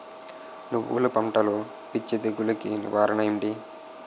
నువ్వులు పంటలో పిచ్చి తెగులకి నివారణ ఏంటి?